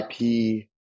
IP